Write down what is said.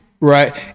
right